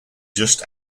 just